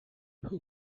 who